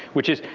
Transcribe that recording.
which is,